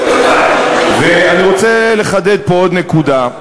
ואני רוצה לחדד פה עוד נקודה.